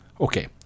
Okay